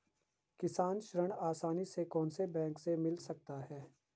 किसान ऋण आसानी से कौनसे बैंक से मिल सकता है?